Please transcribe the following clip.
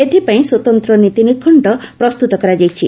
ଏଥିପାଇଁ ସ୍ୱତନ୍ତ ନୀତିନିର୍ଘଣ୍କ ପ୍ରସ୍ତୁତ କରାଯାଇଛି